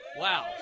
Wow